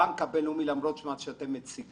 הבנק הבינלאומי, למרות מה שאתם מציגים,